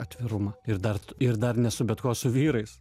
atvirumą ir dar ir dar ne su bet kuo o su vyrais